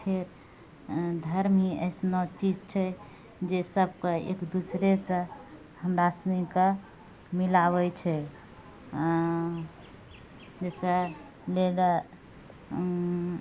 फेर धर्म ही अइसनो चीज छै जे सबके एक दोसरासँ हमरा सनिके मिलाबै छै जइसे लऽ लए